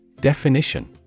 Definition